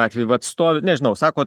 atveju vat stovi nežinau sakot